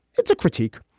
it's a critique.